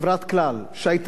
מנכ"ל חברת "כלל",